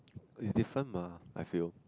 it's different mah I feel